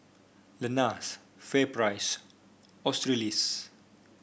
Lenas FairPrice Australis